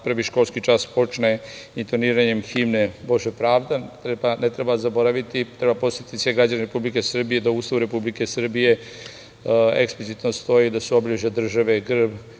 prvi školski čas počne intoniranjem himne „Bože pravde“. Ne treba zaboraviti, treba podsetiti sve građane Republike Srbije da u Ustavu Republike Srbije eksplicitno stoji da su obeležja države grb,